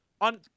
on